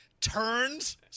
turns